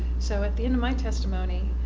so at the end of my testimony